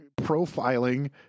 profiling